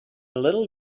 little